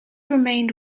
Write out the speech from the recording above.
remained